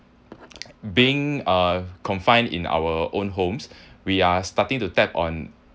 being uh confined in our own homes we are starting to tap on